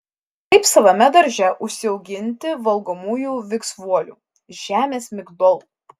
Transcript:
kaip savame darže užsiauginti valgomųjų viksvuolių žemės migdolų